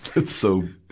that's so,